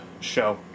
show